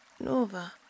Nova